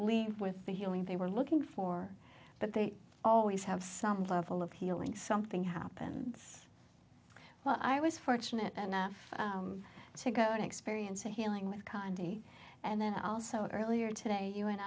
leave with the healing they were looking for but they always have some level of healing something happens well i was fortunate enough to go and experience a healing with candy and then also earlier today you and